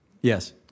Yes